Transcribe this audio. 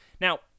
now